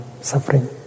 suffering